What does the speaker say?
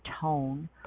tone